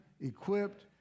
equipped